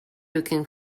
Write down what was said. looking